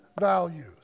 values